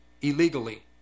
illegally